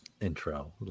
intro